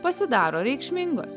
pasidaro reikšmingos